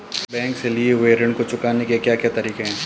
Bank से लिए हुए ऋण को चुकाने के क्या क्या तरीके हैं?